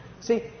see